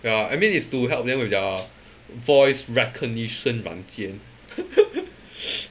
ya I mean is to help them with their voice recognition 软件